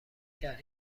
کرد